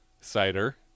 cider